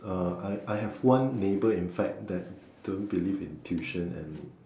uh I I have one neighbor in fact that don't believe in tuition and